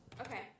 Okay